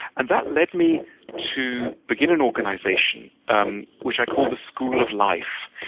and that led me to begin an organization um which i call the school of life,